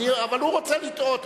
אבל הוא רוצה לטעות.